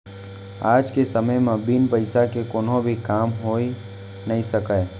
आज के समे म बिन पइसा के कोनो भी काम होइ नइ सकय